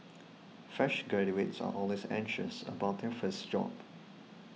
fresh graduates are always anxious about their first job